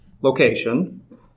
location